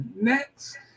next